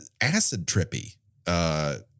acid-trippy